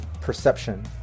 perception